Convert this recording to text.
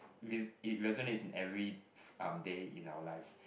is it resonates in every um day in our lives